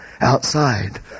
outside